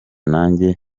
nanjye